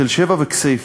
תל-שבע וכסייפה.